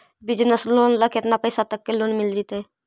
Business loan ल केतना पैसा तक के लोन मिल जितै?